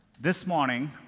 this morning,